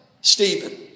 Stephen